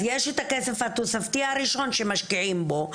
אז יש את הכסף התוספתי הראשון שמשקיעים בו,